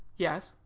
yes.